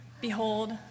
behold